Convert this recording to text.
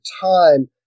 time